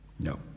No